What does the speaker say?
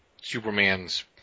Superman's